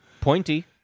pointy